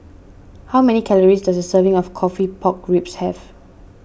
how many calories does a serving of Coffee Pork Ribs have